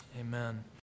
Amen